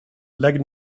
lägg